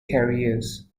careers